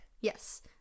Yes